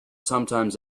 sometimes